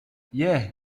yeah